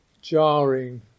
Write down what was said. jarring